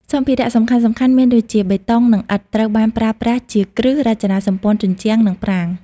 សម្ភារៈសំខាន់ៗមានដូចជា បេតុង និងឥដ្ឋ: ត្រូវបានប្រើប្រាស់ជាគ្រឹះ រចនាសម្ព័ន្ធជញ្ជាំង និងប្រាង្គ។